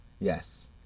Yes